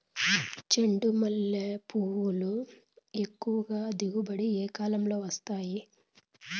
చెండుమల్లి పూలు ఎక్కువగా దిగుబడి ఏ కాలంలో వస్తాయి